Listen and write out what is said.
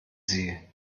sie